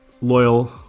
Loyal